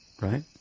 Right